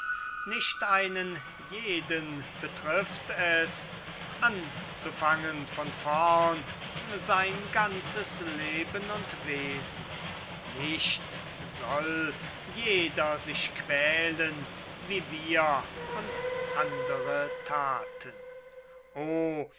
nicht einen jeden betrifft es anzufangen von vorn sein ganzes leben und wesen nicht soll jeder sich quälen wie wir und andere taten oh